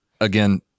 again